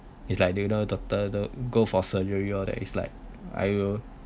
it's like do you know doctor go for surgery all that it's like I will